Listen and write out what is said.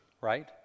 right